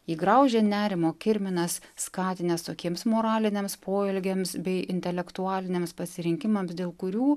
jį graužė nerimo kirminas skatinęs tokiems moraliniams poelgiams bei intelektualiniams pasirinkimams dėl kurių